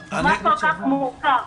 מה כל כך מורכב?